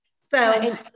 So-